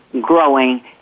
growing